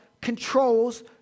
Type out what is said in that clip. controls